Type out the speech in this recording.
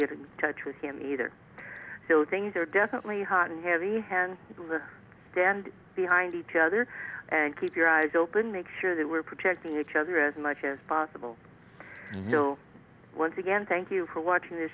get in touch with him either things are definitely hot and heavy hand stand behind each other and keep your eyes open make sure that we're protecting each other as much as possible once again thank you for watching th